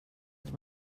ett